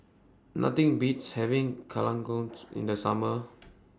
Nothing Beats having in The Summer